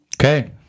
okay